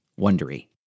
Wondery